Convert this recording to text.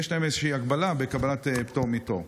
יש להם איזושהי הגבלה בקבלת פטור מתור.